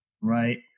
Right